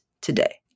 today